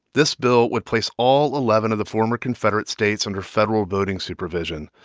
this bill would place all eleven of the former confederate states under federal voting supervision.